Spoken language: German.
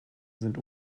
sind